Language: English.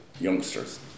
youngsters